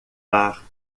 bar